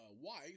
wife